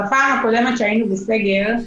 בפעם הקודמת שהיינו בסגר,